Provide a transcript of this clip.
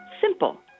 Simple